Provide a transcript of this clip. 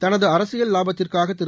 தனது அரசியல் லாபத்திற்காக திரு